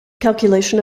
calculation